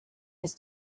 his